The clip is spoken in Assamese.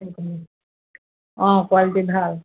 অঁ কোৱালিটি ভাল